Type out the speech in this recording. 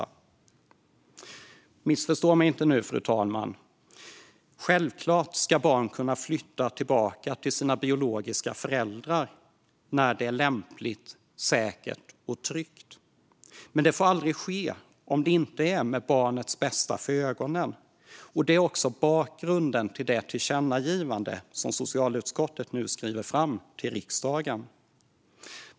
Fru talman! Missförstå mig inte nu. Självklart ska barn kunna flytta tillbaka till sina biologiska föräldrar när det är lämpligt, säkert och tryggt. Men det får aldrig ske om det inte är med barnets bästa för ögonen. Detta är också bakgrunden till det förslag till tillkännagivande som socialutskottet lägger fram till riksdagen.